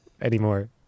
anymore